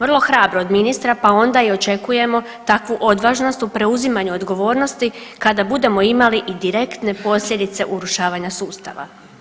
Vrlo hrabro od ministra, pa onda i očekujemo takvu odvažnost u preuzimanju odgovornosti kada budemo imali i direktne posljedice urušavanja sustava.